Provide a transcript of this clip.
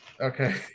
Okay